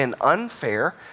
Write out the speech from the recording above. unfair